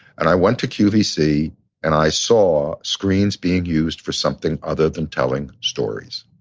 and i went to qvc and i saw screens being used for something other than telling stories.